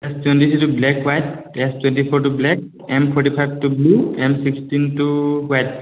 S twenty থ্ৰীটো black white S twenty ফ'ৰটো black M forty ফাইভটো ব্লু এম ছিক্সটিনটো হোৱাইট